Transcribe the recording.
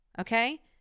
okay